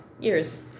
years